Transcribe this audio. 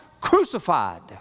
crucified